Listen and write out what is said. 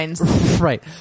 right